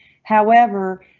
however,